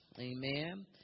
amen